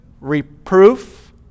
Reproof